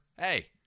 hey